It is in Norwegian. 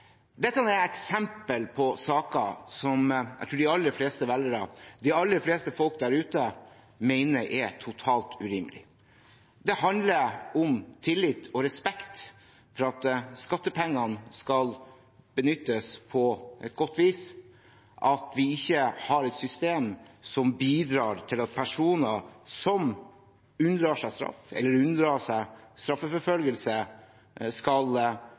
Dette er et eksempel på saker som jeg tror de aller fleste velgere, de aller fleste folk der ute, mener er totalt urimelig. Det handler om tillit og om respekt for at skattepengene skal benyttes på et godt vis, at vi ikke har et system som bidrar til at personer som unndrar seg straff, eller unndrar seg straffeforfølgelse, skal